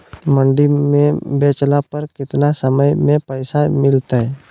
मंडी में बेचला पर कितना समय में पैसा मिलतैय?